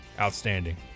outstanding